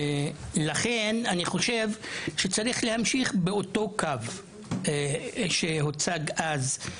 לכן, אני חושב שצריך להמשיך באותו קו שהוצג אז.